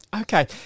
Okay